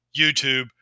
YouTube